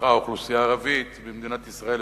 שקיפחה אוכלוסייה ערבית במדינת ישראל,